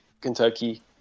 Kentucky